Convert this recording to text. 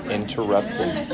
interrupting